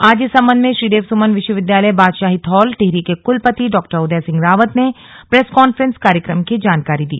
आज इस संबंध में श्रीदेव सुमन विश्वविद्याल बादशाहीथौल टिहरी के कुल पति डॉ उदय सिंह रावत ने प्रेस कांफ्रेंस कार्यक्रम की जानकारी दी